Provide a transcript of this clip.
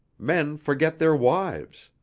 men forget their wives.